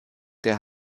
der